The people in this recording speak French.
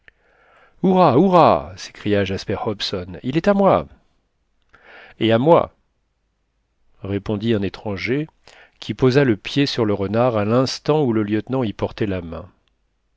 s'écria jasper hobson il est à moi et à moi répondit un étranger qui posa le pied sur le renard à l'instant où le lieutenant y portait la main